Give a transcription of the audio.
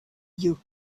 you